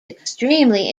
extremely